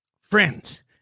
Friends